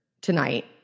tonight